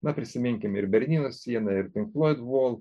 na prisiminkime ir berlyno sieną ir pinkfloid vol